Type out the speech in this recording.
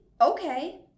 Okay